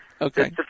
Okay